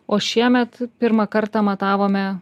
o šiemet pirmą kartą matavome